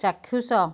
ଚାକ୍ଷୁଷ